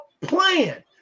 plan